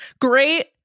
Great